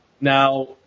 Now